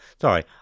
Sorry